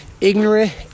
ignorant